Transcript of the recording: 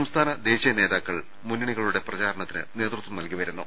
സംസ്ഥാന ദേശീയ നേതാക്കൾ മുന്നണികളുടെ പ്രചാര ണത്തിന് നേതൃത്വം നൽകി വരുന്നു